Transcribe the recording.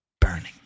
burning